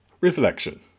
Reflection